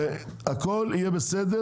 והכל יהיה בסדר.